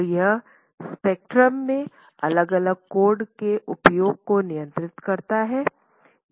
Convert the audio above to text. तो यह स्पेक्ट्रम में अलग अलग कोड के उपयोग को नियंत्रित करता है